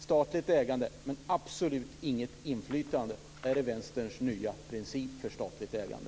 Statligt ägande men absolut inget inflytande, är det alltså Vänsterns nya princip för statligt ägande?